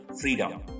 freedom